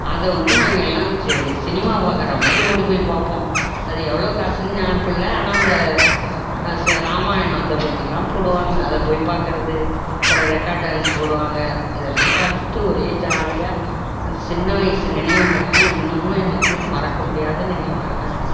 அதை வந்து நாங்கள் எல்லாம் செ சினிமா பார்க்குற மாதிரி ஓடி போய் பார்ப்போம் அது எவ்வளோ காசுன்னு நினப்பில்ல ஆனால் அந்த ச இராமாயணம் அதை பற்றிலாம் போடுவாங்க அதை போய் பார்க்குறது அப்புறம் ரெக்கார்ட் டான்ஸ்ஸு போடுவாங்க இதெல்லாம் பார்த்துட்டு ஒரே ஜாலியாக அந்த சின்ன வயது நினைவுகளெல்லாம் இன்னுமும் எனக்கு மறக்க முடியாத நினைவுகளாக இருக்குது